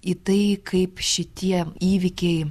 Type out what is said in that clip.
į tai kaip šitie įvykiai